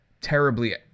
terribly